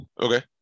Okay